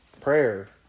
Prayer